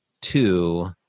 two